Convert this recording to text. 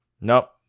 Nope